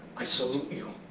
i salute you.